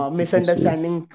misunderstanding